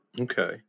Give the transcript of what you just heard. Okay